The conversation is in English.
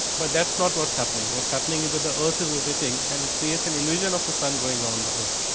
but that is not what is happening. what is happening is at the earth is rotating. and it creates and elution of the sun going around the earth.